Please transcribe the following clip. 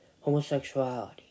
homosexuality